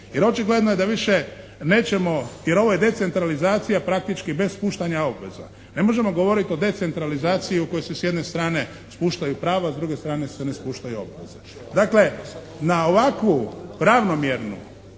Jer očigledno je da više nećemo, jer ovo je decentralizacija praktički bez puštanja obveza. Ne možemo govoriti o decentralizaciji u kojoj se s jedne strane spuštaju prava a s druge strane se ne spuštaju obaveze. Dakle, na ovakvu ravnomjernu